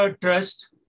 trust